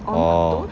orh